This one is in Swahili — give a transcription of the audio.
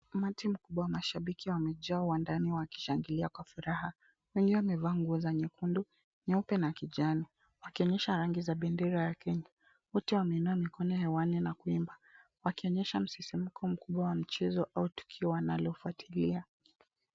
Umatii mkubwa wa mashabiki wamejaa uwanjani wakishangilia kwa furaha. Wengi wamevaa nguo za nyekundu, nyeupe na kijani, wakionyesha rangi za bendera ya Kenya. Wote wameinua mikono hewani na kuimba, wakionyesha msisimuko mkubwa wa michezo au tukio wanaofuatilia.